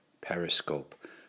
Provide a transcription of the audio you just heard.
Periscope